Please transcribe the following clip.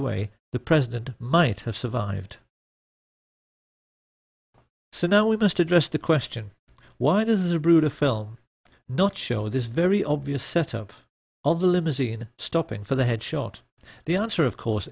away the president might have survived so now we must address the question why does the brute of film not show this very obvious set up of the limousine stopping for the head shot the answer of course